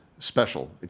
special